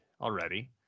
already